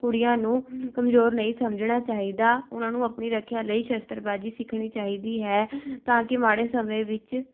ਕੁੜੀਆਂ ਨੂੰ ਕਮਜ਼ੋਰ ਨਹੀਂ ਸਮਝਣਾ ਚਾਹੀਦਾ ਉਹਨਾਂ ਨੂੰ ਆਪਣੀ ਰੱਖਿਆ ਲਈ ਸ਼ਸਤਰਬਾਜ਼ੀ ਸਿੱਖਣੀ ਚਾਹੀਦੀ ਹੈ ਤਾਂ ਕਿ ਮਾੜੇ ਸਮੇਂ ਵਿੱਚ